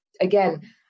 again